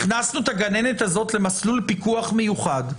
הכנסנו את הגננת הזאת למסלול פיקוח מיוחד,